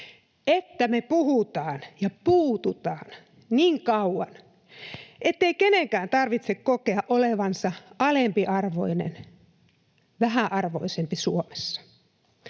että me puhutaan ja puututaan niin kauan, ettei kenenkään tarvitse kokea olevansa alempiarvoinen, vähäarvoisempi Suomessa.